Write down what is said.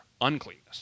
uncleanness